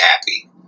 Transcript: happy